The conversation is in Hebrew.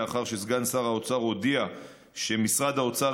לאחר שסגן שר האוצר הודיע שמשרד האוצר